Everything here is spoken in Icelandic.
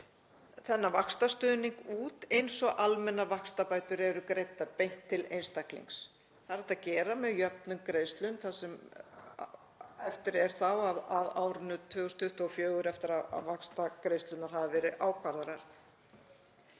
þennan vaxtastuðning út eins og almennar vaxtabætur eru greiddar beint til einstaklings. Það er hægt að gera með jöfnum greiðslum það sem eftir er af árinu 2024, eftir að vaxtagreiðslurnar hafa verið ákvarðaðar.